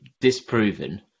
disproven